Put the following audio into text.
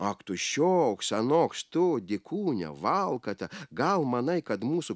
ak tu šioks anoks tu dykūne valkata gal manai kad mūsų